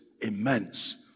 immense